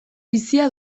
bizia